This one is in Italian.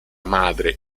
madre